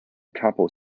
couple